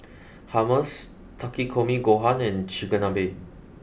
Hummus Takikomi Gohan and Chigenabe